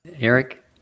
Eric